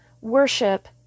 Worship